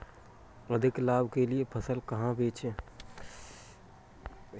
अधिक लाभ के लिए फसल कहाँ बेचें?